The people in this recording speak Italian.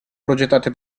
progettate